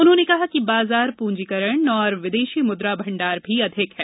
उन्होंने बताया कि बाजार प्रंजीकरण और विदेशी मुद्रा भंडार भी अधिक है